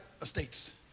estates